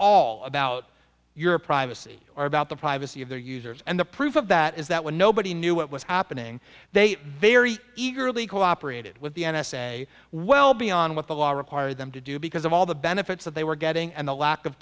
all about your privacy or about the privacy of their users and the proof of that is that when nobody knew what was happening they very eagerly cooperated with the n s a well beyond what the law required them to do because of all the benefits that they were getting and the lack of